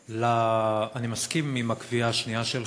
אני מסכים עם הקביעה השנייה שלך,